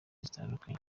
zitandukanye